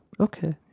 okay